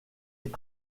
est